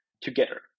together